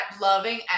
loving